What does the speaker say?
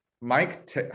Mike